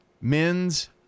men's